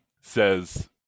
says